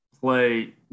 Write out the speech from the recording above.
play